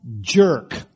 jerk